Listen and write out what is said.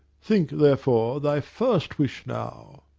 think therefore thy first wish now,